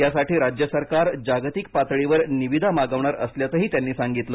यासाठी राज्य सरकार जागतिक पातळीवर निविदा मागवणार असल्याचंही त्यांनी सांगितलं